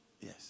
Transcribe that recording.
Yes